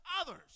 others